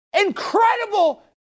incredible